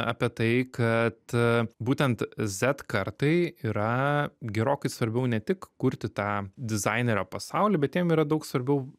apie tai kad būtent zed kartai yra gerokai svarbiau ne tik kurti tą dizainerio pasaulį bet jiem yra daug svarbiau